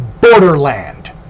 borderland